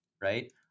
Right